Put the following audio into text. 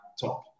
top